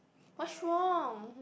what's wrong